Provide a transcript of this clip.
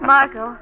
Marco